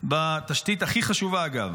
בתשתית הכי חשובה, אגב,